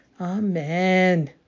Amen